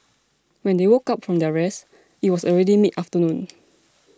when they woke up from their rest it was already mid afternoon